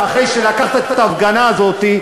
אחרי שלקחת את ההפגנה הזאת,